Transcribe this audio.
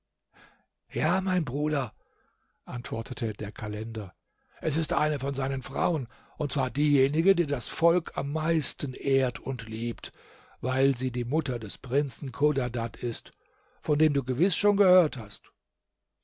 ja mein bruder antwortete der kalender es ist eine von seinen frauen und zwar diejenige die das volk am meisten ehrt und liebt weil sie die mutter des prinzen chodadad ist von dem du gewiß schon gehört hast